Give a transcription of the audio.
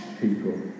people